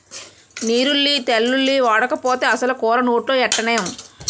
నీరుల్లి తెల్లుల్లి ఓడకపోతే అసలు కూర నోట్లో ఎట్టనేం